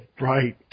right